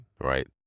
Right